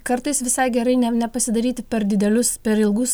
kartais visai gerai ne nepasidaryti per didelius per ilgus